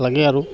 লাগে আৰু